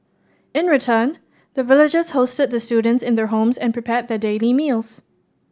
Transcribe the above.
in return the villagers hosted the students in their homes and prepared their daily meals